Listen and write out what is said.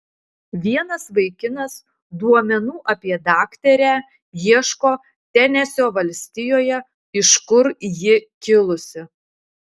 vienas vaikinas duomenų apie daktarę ieško tenesio valstijoje iš kur ji kilusi